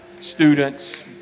students